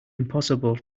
impossible